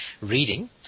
reading